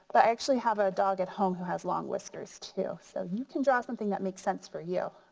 but i actually have a dog at home who has long whiskers too. so you can draw something that makes sense for you.